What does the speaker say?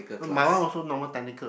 no my one also Normal Technical